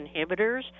inhibitors